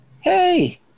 hey